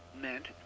meant